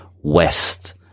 west